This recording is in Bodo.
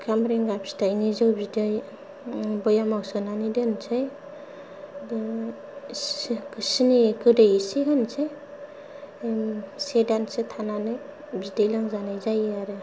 खामब्रेंगा फिथाइनि जौ बिदै बयामाव सोनानै दोननोसै बिदिनो सिनि गोदै इसे होनोसै से दानसो थानानै बिदै लोंजानाय जायो आरो